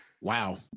Wow